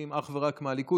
נציגים אך ורק מהליכוד.